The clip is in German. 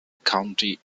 county